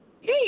Hey